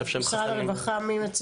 משרד הרווחה.